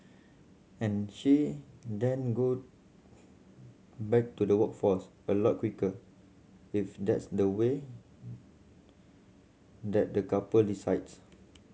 and she then go back to the workforce a lot quicker if that's the way that the couple decides